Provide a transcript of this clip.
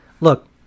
look